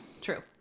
true